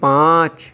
پانچ